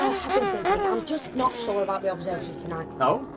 er, i've been thinking i'm just not sure about the observatory tonight. oh?